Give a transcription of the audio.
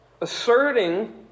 asserting